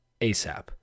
ASAP